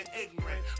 ignorant